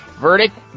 Verdict